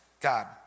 God